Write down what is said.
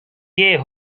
gay